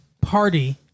party